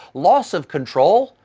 loss of control?